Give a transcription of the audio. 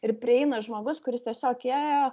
ir prieina žmogus kuris tiesiog ėjo